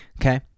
okay